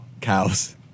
cows